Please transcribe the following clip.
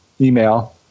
email